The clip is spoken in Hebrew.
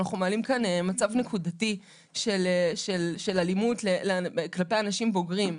אנחנו מעלים כאן מצב נקודתי של אלימות כלפי אנשים בוגרים.